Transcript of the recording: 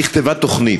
נכתבה תוכנית,